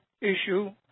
issue